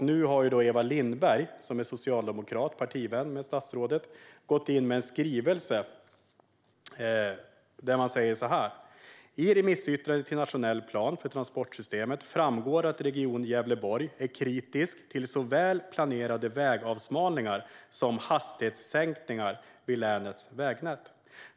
Nu har Eva Lindberg, som är socialdemokrat och partivän till statsrådet, inkommit med en skrivelse som lyder: I remissyttrandet till nationell plan för transportsystemet framgår att Region Gävleborg är kritisk till såväl planerade vägavsmalningar som hastighetssänkningar på länets vägnät.